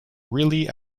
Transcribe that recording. really